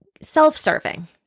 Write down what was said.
self-serving